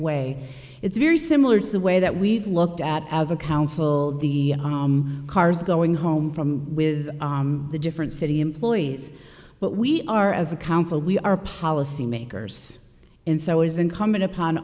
way it's very similar to the way that we've looked at as a council the cars going home from with the different city employees but we are as a council we are policy makers in so it is incumbent upon